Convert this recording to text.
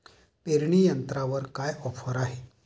पेरणी यंत्रावर काय ऑफर आहे?